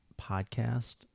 podcast